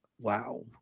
Wow